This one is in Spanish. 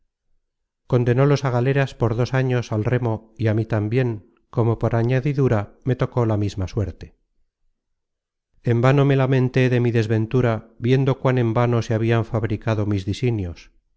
tenia condenólos á galeras por dos años al remo y á mí tambien como por añadidura me tocó la misma suerte en vano me lamenté de mi desventura viendo cuán en vano se habian fabricado mis disinios